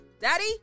Daddy